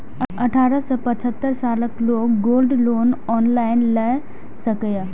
अठारह सं पचहत्तर सालक लोग गोल्ड लोन ऑनलाइन लए सकैए